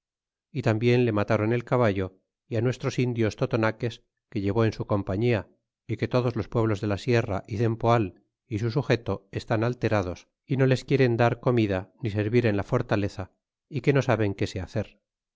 y tambien le mataron el caballo y á nuestros indios totonaques que llevó en su compañía y que todos los pueblos de la sierra y cempoal y su sujeto están alterados y no les quieren dar comida ni servir en la fortaleza y que no saben que se hacer